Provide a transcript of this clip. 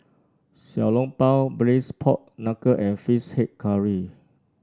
Xiao Long Bao Braised Pork Knuckle and fish head curry